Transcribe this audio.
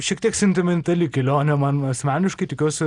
šiek tiek sentimentali kelionė man asmeniškai tikiuosi